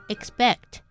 Expect